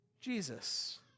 jesus